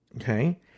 okay